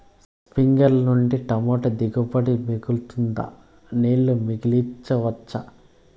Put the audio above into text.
స్ప్రింక్లర్లు నుండి టమోటా దిగుబడి పెరుగుతుందా? నీళ్లు మిగిలించవచ్చా?